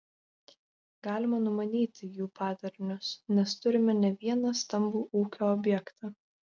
galima numanyti jų padarinius nes turime ne vieną stambų ūkio objektą